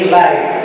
life